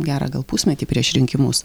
gerą gal pusmetį prieš rinkimus